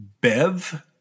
Bev